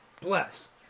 Bless